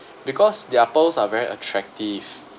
because their pearls are very attractive